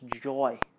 joy